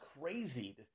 crazy